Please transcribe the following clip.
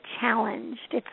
challenged